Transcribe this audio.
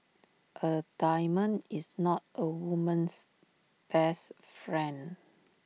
A diamond is not A woman's best friend